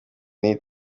n’iyi